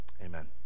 amen